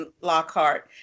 Lockhart